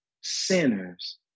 sinners